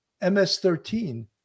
MS-13